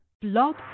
Blog